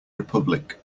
republic